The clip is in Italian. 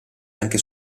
anche